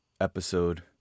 episode